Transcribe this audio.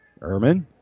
Ehrman